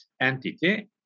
entity